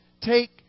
Take